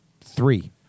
three